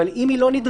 אבל אם היא לא נדרשה,